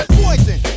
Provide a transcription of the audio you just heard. poison